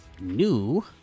new